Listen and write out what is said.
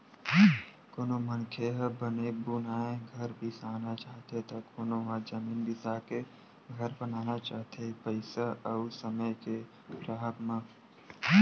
कोनो मनखे ह बने बुनाए घर बिसाना चाहथे त कोनो ह जमीन बिसाके घर बनाना चाहथे पइसा अउ समे के राहब म